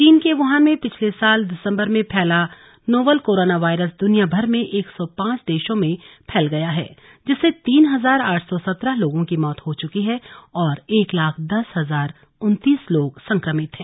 चीन के व्हान में पिछले साल दिसंबर में फैला नोवेल कोरोना वायरस दुनिया भर में एक सौ पांच देशों में फैल गया है जिससे तीन हजार आठ सौ सत्रह लोगों की मौत हो चूकी है और एक लाख दस हजार उन्तीस लोग संक्रमित हैं